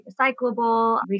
recyclable